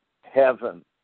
heaven